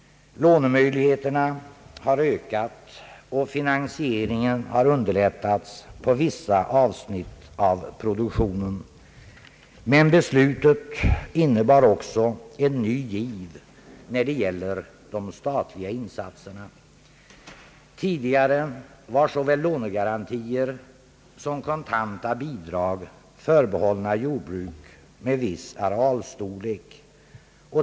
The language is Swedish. Lånemöjligheterna har ökat och finansieringen har underlättats på vissa avsnitt av produktionen. Men beslutet innebar också en ny giv när det gäller de statliga insatserna. Tidigare var såväl lånegarantier som kontanta bidrag förbehållna jordbruk med viss arealstorlek.